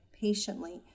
patiently